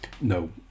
no